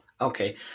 Okay